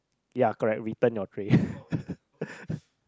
ya correct return your tray